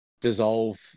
dissolve